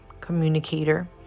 communicator